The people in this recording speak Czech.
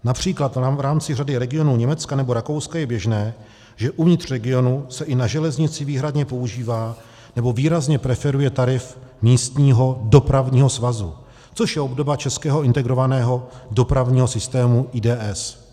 Například v rámci řady regionů Německa nebo Rakouska je běžné, že uvnitř regionu se i na železnici výhradně používá, nebo výrazně preferuje tarif místního dopravního svazu, což je obdoba českého integrovaného dopravního systému, IDS.